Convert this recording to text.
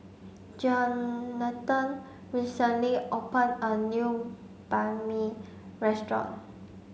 Johnathan recently open a new Banh Mi restaurant